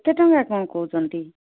ଏତେ ଟଙ୍କା କ'ଣ କହୁଛନ୍ତି